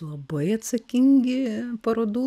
labai atsakingi parodų